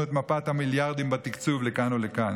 את מפת המיליארדים בתקצוב לכאן או לכאן.